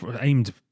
aimed